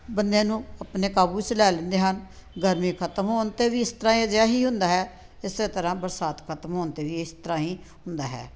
ਬੰਦੇ ਨੂੰ ਆਪਣੇ ਕਾਬੂ 'ਚ ਲੈ ਲੈਂਦੇ ਹਨ ਗਰਮੀ ਖ਼ਤਮ ਹੋਣ 'ਤੇ ਵੀ ਇਸ ਤਰ੍ਹਾਂ ਅਜਿਹਾ ਹੀ ਹੁੰਦਾ ਹੈ ਇਸੇ ਤਰ੍ਹਾਂ ਬਰਸਾਤ ਖ਼ਤਮ ਹੋਣ 'ਤੇ ਵੀ ਇਸ ਤਰ੍ਹਾਂ ਹੀ ਹੁੰਦਾ ਹੈ